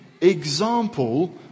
example